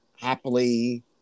happily